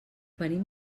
venim